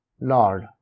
Lord